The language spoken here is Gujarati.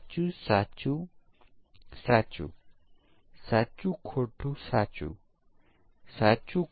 તો સમકક્ષ વર્ગો શું હશે